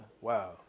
Wow